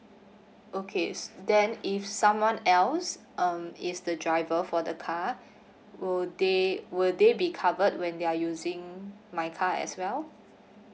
okay then if someone else um is the driver for the car will they will they be covered when they're using my car as well